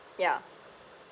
ya